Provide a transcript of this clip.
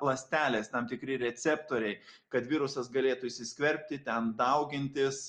ląstelės tam tikri receptoriai kad virusas galėtų įsiskverbti ten daugintis